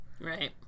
Right